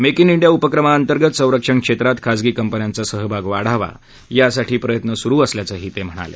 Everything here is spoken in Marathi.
जे डिया उपक्रमाअंतर्गत संरक्षण क्षेत्रात खाजगी कंपन्यांचा सहभाग वाढावा यासाठी मेक प्रयत्न सुरु असल्याचंही ते म्हणाले